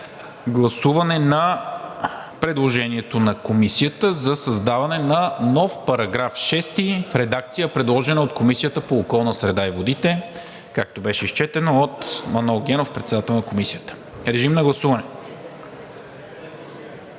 Гласуваме предложението на Комисията за създаване на нов § 6 в редакция, предложена от Комисията по околната среда и водите, както беше изчетено от Манол Генов – председател на Комисията. Владимир Табутов?